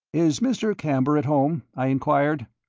is mr. camber at home? i enquired.